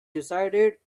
decided